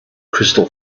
crystal